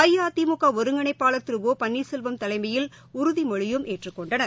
அஇஅதிமுகஒருங்கிணைப்பாளர் Thiru O Panneerselvam தலைமையில் உறுதிமொழியும் ஏற்றுக் கொண்டனர்